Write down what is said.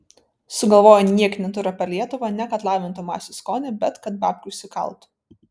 sugalvoja niekinį turą per lietuvą ne kad lavintų masių skonį bet kad babkių užsikaltų